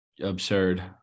absurd